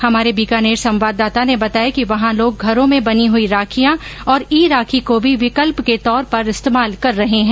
हमारे बीकानेर संवाददाता ने बताया कि वहां लोग घरों में बनी हुई राखियां और ई राखी को भी विकल्प के तौर पर इस्तेमाल कर रहे हैं